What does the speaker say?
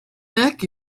neck